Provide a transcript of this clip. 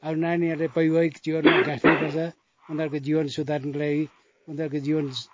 अब नानीहरूलाई परिवारिक जीवनमा गाँस्नै पर्छ उनीहरूको जिवन सुधार्नुको लागि उनीहरूको जीवन